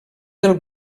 del